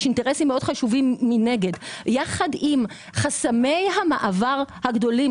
יש אינטרסים מאוד חשובים מנגד יחד עם חסמי המעבר הגדולים.